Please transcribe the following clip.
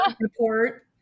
report